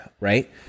Right